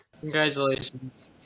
Congratulations